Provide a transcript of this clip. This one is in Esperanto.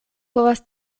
povas